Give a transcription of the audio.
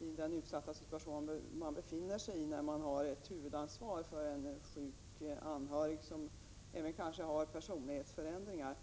i den utsatta situation som man befinner sig i när man har ett huvudansvar för en sjuk anhörig, som kanske även lider av personlighetsförändringar.